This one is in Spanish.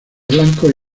blancos